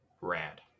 Rad